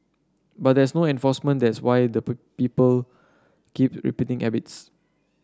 but there's no enforcement that's why the people keep to repeating habits